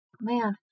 Man